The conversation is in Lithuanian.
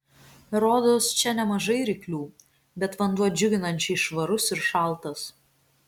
rodos čia nemažai ryklių bet vanduo džiuginančiai švarus ir šaltas